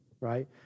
right